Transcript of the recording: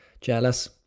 Jealous